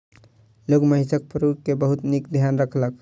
लोक महिषक पड़रू के बहुत नीक ध्यान रखलक